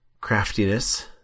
craftiness